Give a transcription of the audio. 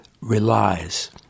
relies